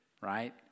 right